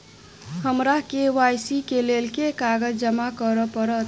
हमरा के.वाई.सी केँ लेल केँ कागज जमा करऽ पड़त?